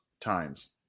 times